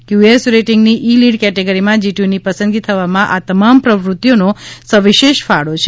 QS રેટીંગની e lead કેટેગરીમાં જીટીયુની પસંદગી થવામાં આ તમામ પ્રવૃત્તિનો સવિશેષ ફાળો છે